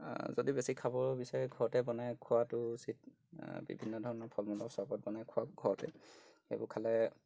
যদি বেছি খাব বিচাৰে ঘৰতে বনাই খোৱাটো উচিত বিভিন্ন ধৰণৰ ফল মূলৰ চৰ্বত বনাই খুৱাওক ঘৰতে সেইবোৰ খালে